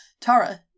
Tara